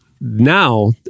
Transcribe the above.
Now